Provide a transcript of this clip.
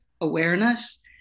awareness